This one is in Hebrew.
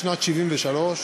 משנת 1973,